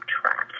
trapped